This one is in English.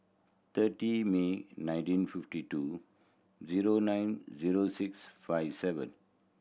thirty May nineteen fifty two zero nine zero six five seven